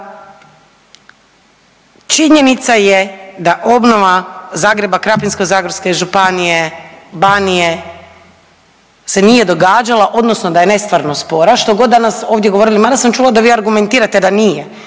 Činjenica je da obnova Zagreba, Krapinsko-zagorske županije, Banije se nije događala odnosno da je nestvarno spora, štogod danas ovdje govorili, mada sam čuli da vi argumentirate da nije